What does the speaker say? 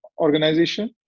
organization